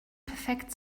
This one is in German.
perfekt